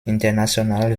international